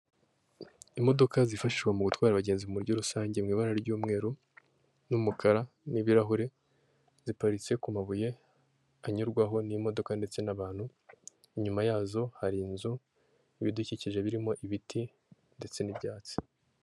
Imodoka zifashishwa mu gutwara abagenzi mu buryo rusange mu ibara ry'umweru n'umukara n'ibirahure, ziparitse ku mabuye anyurwaho n'imodoka, ndetse n'abantu, inyuma yazo hari inzu ibidukikije birimo ibiti, ndetse n'ibyatsi.